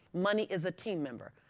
money is a team member.